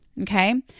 Okay